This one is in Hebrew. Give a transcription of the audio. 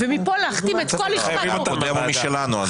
ומכאן להכתים את כל לשכת עורכי הדין.